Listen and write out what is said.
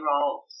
roles